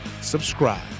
subscribe